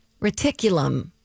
reticulum